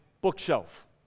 bookshelf